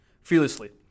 fearlessly